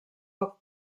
poc